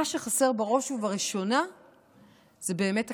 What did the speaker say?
מה שחסר בראש ובראשונה הוא הקשבה,